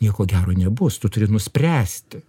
nieko gero nebus tu turi nuspręsti